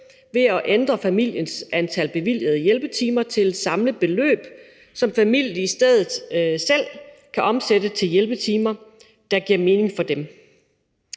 ved at ændre familiens antal bevilgede hjælpetimer til et samlet beløb, som familien i stedet selv kan omsætte til hjælpetimer, der giver mening for dem.